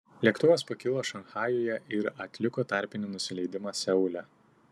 lėktuvas pakilo šanchajuje ir atliko tarpinį nusileidimą seule